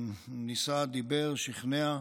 ניסה, דיבר, שכנע,